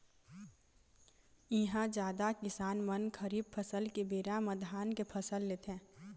इहां जादा किसान मन खरीफ फसल के बेरा म धान के फसल लेथे